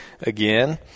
again